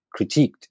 critiqued